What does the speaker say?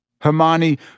Hermione